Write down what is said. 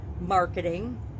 marketing